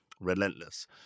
relentless